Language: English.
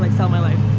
but sell my life.